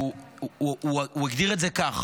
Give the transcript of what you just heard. הוא הגדיר את זה כך,